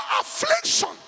affliction